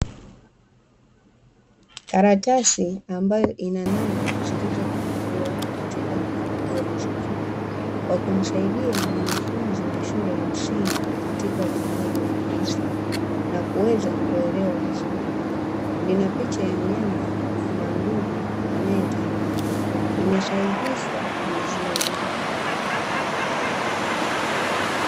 Karatasi ambayo ina namba zilizopangiliwa katika mpangilio mzuri wa kumsaidia mwanafunzi wa shule ya msingi katika upangaji wa kazi na kuweza kuelewa vizuri. Lina picha ya mnyama na mdudu anayetambaa, limesahihishwa vizuri.